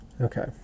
Okay